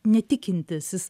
netikintis jis